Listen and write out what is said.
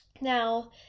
now